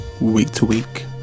week-to-week